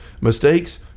Mistakes